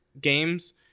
games